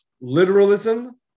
literalism